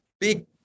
big